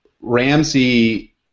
Ramsey